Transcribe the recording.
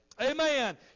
Amen